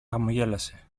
χαμογέλασε